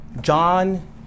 John